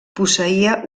posseïa